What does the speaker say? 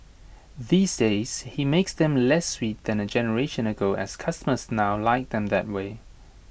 these days he makes them less sweet than A generation ago as customers now like them that way